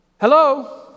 Hello